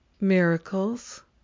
miracles